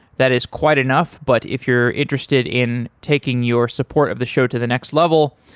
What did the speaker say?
that is quite enough, but if you're interested in taking your support of the show to the next level,